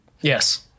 Yes